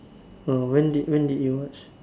oh when did when did you watch